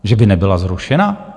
Že by nebyla zrušena?